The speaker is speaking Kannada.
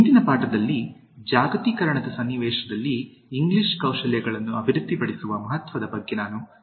ಹಿಂದಿನ ಪಾಠದಲ್ಲಿ ಜಾಗತೀಕರಣದ ಸನ್ನಿವೇಶದಲ್ಲಿ ಇಂಗ್ಲಿಷ್ ಕೌಶಲ್ಯಗಳನ್ನು ಅಭಿವೃದ್ಧಿಪಡಿಸುವ ಮಹತ್ವದ ಬಗ್ಗೆ ನಾನು ಚರ್ಚಿಸಿದೆ